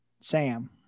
sam